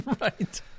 Right